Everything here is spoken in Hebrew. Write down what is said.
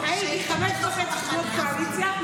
אני הייתי חמש וחצי שנות קואליציה,